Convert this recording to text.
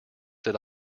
did